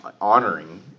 honoring